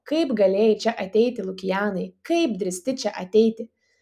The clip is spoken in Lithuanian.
kaip galėjai čia ateiti lukianai kaip drįsti čia ateiti